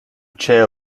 chair